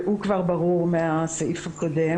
שהוא כבר ברור מהסעיף הקודם